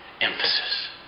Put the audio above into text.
Emphasis